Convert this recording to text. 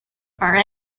are